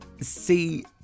See